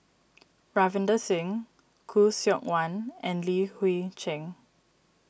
Ravinder Singh Khoo Seok Wan and Li Hui Cheng